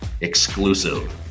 exclusive